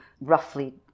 roughly